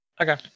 Okay